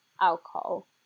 alcohol